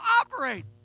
operate